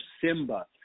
Simba